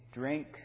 drink